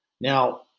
Now